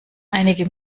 einige